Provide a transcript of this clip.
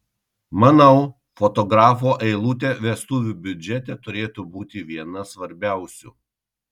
manau fotografo eilutė vestuvių biudžete turėtų būti viena svarbiausių